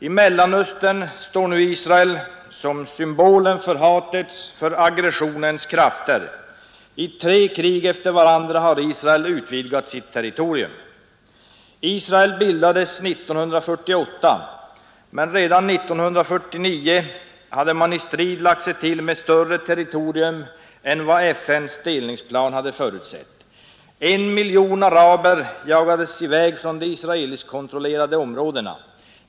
I Mellanöstern står nu Israel som symbolen för hatets, för aggressionens krafter. I tre krig efter varandra har Israel utvidgat sitt territorium. Israel bildades 1948, men redan 1949 hade man i strid lagt sig till med ett större territorium än vad FN:s delningsplan förutsett. En miljon araber jagades i väg från de israeliskkontrollerade områdena.